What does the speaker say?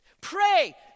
Pray